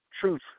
truth